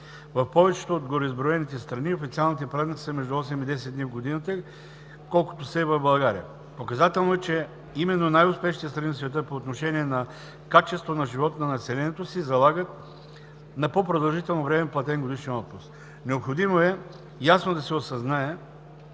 В повечето от гореизброените страни официалните празници са между 8 и 10 дни в годината, колкото са и в България. Показателно е, че именно най-успешните страни в света по отношение на качество на живот на населението си залагат на по-продължително време платен годишен отпуск. Необходимо е ясно да се осъзнае,